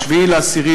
ב-7 באוקטובר,